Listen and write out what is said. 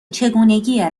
چگونگی